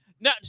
No